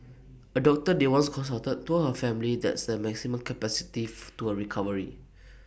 A doctor they once consulted told her family that's the maximum capacity to her recovery